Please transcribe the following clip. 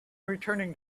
returning